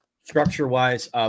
Structure-wise